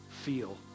feel